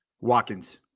Watkins